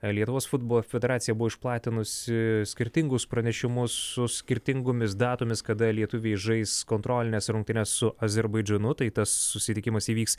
lietuvos futbolo federacija buvo išplatinusi skirtingus pranešimus su skirtingomis datomis kada lietuviai žais kontrolines rungtynes su azerbaidžanu tai tas susitikimas įvyks